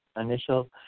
initial